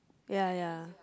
ya ya